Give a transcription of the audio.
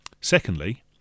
secondly